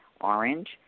orange